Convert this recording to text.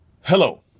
Hello